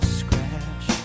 scratch